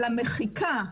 אלא מחיקה,